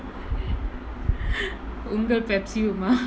உங்கள்:ungal Pepsi uma